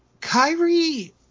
Kyrie